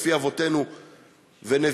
לפי אבותינו ונביאינו,